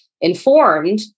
informed